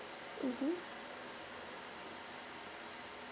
mmhmm